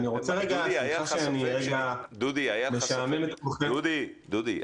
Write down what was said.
סליחה שאני רגע משעמם אתכם בפרטים, זה נוגע